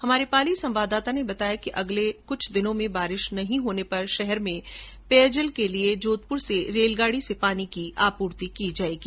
हमारे पाली संवाददाता ने बताया कि अगले कुछ दिनों में बारिश नहीं होने पर शहर में पेयजल के लिए रेलगाडी से पानी आपूर्ति की जाएगी